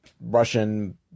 Russian